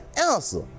answer